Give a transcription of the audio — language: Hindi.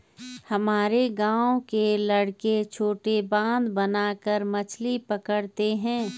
हमारे गांव के लड़के छोटा बांध बनाकर मछली पकड़ते हैं